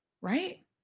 right